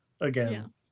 again